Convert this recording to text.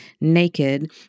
naked